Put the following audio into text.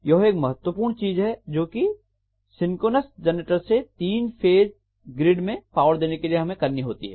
यह एक महत्वपूर्ण चीज है जो कि सिंक्रोनस जनरेटर से तीन फेस ग्रिड में पावर देने के लिए हमें करनी होती है